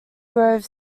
grove